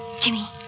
Jimmy